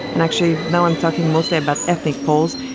and actually now i'm talking mostly about ethnic poles,